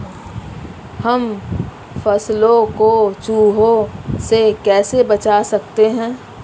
हम फसलों को चूहों से कैसे बचा सकते हैं?